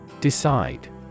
Decide